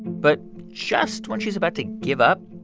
but just when she's about to give up,